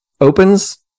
opens